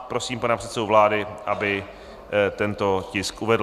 Prosím pana předsedu vlády, aby tento tisk uvedl.